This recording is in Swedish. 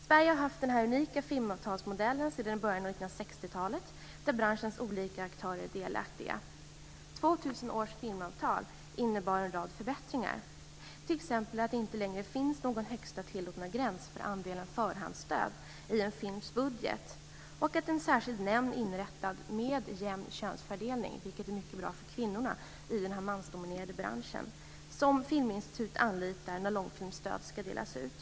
Sverige har haft den unika filmavtalsmodellen sedan början av 1960-talet, en modell där branschens olika aktörer är delaktiga. 2000 års filmavtal innebar en rad förbättringar, t.ex. att det inte längre finns någon högsta tillåtna gräns för andelen förhandsstöd i en films budget och att det inrättats en särskild nämnd med jämn könsfördelning - vilket är mycket bra för kvinnorna i den här mansdominerade branschen - som Filminstitutet anlitar när långfilmsstöd ska delas ut.